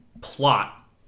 plot